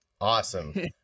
awesome